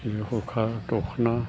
जेरै हुखा दख'ना